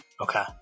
Okay